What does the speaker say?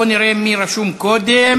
בואו נראה מי רשום קודם.